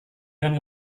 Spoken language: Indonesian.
dengan